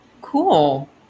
Cool